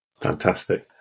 Fantastic